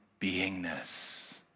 beingness